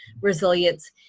resilience